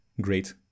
great